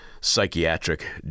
psychiatric